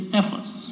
efforts